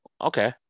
okay